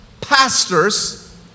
pastors